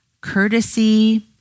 Courtesy